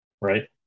Right